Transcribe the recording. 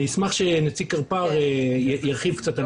אני אשמח שנציג קרפ"ר ירחיב קצת על